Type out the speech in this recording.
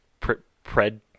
pred-